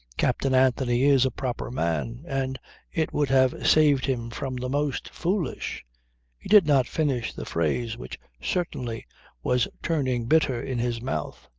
captain anthony is a proper man. and it would have saved him from the most foolish he did not finish the phrase which certainly was turning bitter in his mouth.